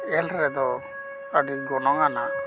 L ᱨᱮᱫᱚ ᱟᱹᱰᱤ ᱜᱚᱱᱚᱝ ᱟᱱᱟᱜ